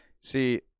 See